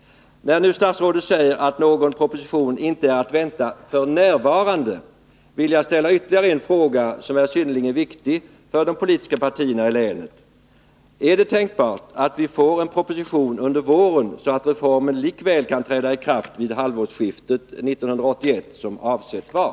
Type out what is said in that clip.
När statsrådet nu säger att någon proposition inte är att vänta f. n. vill jag ställa ytterligare en fråga, som är synnerligen viktig för de politiska partierna ilänet: Är det tänkbart att vi får en proposition under våren, så att reformen likväl kan träda i kraft vid halvårsskiftet 1981 såsom avsett var?